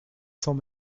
cents